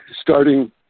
starting